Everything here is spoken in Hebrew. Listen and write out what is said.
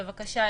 בבקשה,